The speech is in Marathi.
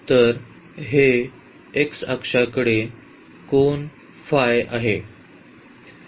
तर हे x अक्षाचे कोन फाइ आहे